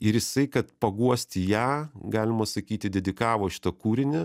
ir jisai kad paguosti ją galima sakyti dedikavo šitą kūrinį